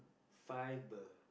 fibre